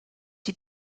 die